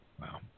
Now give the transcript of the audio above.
Wow